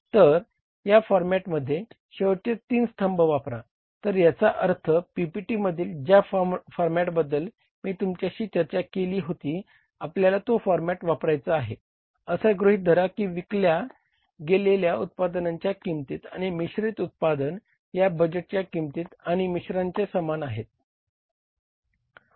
तर या फॉर्मेटचे शेवटचे तीन स्तंभ वापरा तर याचा अर्थ PPT मधील ज्या फॉर्मेटबद्द्ल मी तुमच्याशी चर्चा केली होती आपल्याला तो फॉर्मेट वापरायचा आहे असे गृहीत धरा की विकल्या गेलेल्या उत्पादनांच्या किंमती आणि मिश्रित उत्पादन या बजेटच्या किंमती आणि मिश्रांच्या समान आहेत